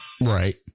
Right